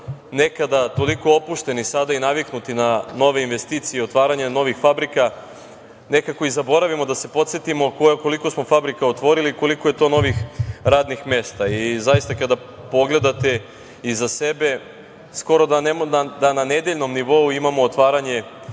nekada toliko opušten i sada i naviknuti na nove investicije, otvaranja novih fabrika, nekako i zaboravimo da se podsetimo koliko smo fabrika otvorili i koliko je to novih radnih mesta. Zaista, kada pogledate iza sebe skoro da na nedeljnom nivou imamo otvaranje neke